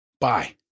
Bye